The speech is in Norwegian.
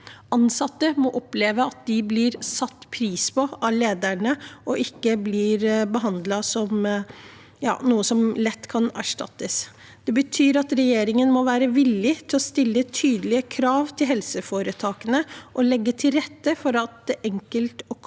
Ansatte må oppleve at de blir satt pris på av lederne, og ikke bli behandlet som noe som lett kan erstattes. Det betyr at regjeringen må være villig til å stille tydelige krav til helseforetakene og legge til rette for at det er enkelt for kommunene